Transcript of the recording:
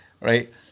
Right